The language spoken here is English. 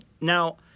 Now